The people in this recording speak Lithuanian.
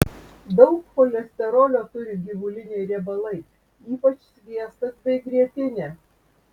daug cholesterolio turi gyvuliniai riebalai ypač sviestas bei grietinė